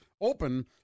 Open